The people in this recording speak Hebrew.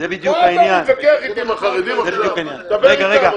מה אתה מתווכח אתי עם החרדים עכשיו, דבר איתם.